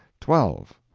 twelve.